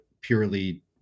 purely